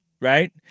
right